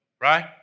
Right